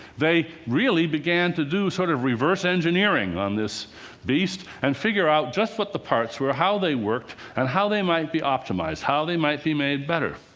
they really began to do sort of reverse engineering on this beast and figure out just what the parts were, how they worked and how they might be optimized how they might be made better.